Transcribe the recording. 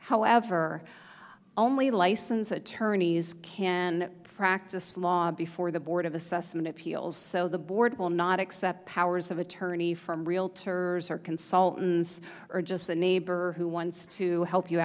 however only license attorneys can practice law before the board of assessment appeals so the board will not accept powers of attorney from realtors or consultants or just the neighbor who wants to help you